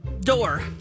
door